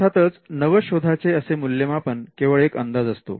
अर्थातच नवशोधाचे असे मूल्यमापन केवळ एक अंदाज असतो